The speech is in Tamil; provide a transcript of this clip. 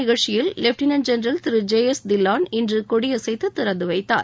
நிகழ்ச்சியில் lieutenant general Thiru J S Dhillon இன்று கொடி இதற்கான அசைத்து திறந்து வைத்தார்